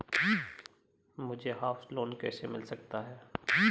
मुझे house loan कैसे मिल सकता है?